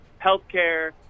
healthcare